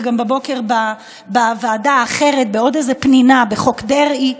משום שבשבוע החולף התרחשו 62 פיגועי אבנים נוספים,